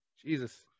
Jesus